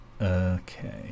Okay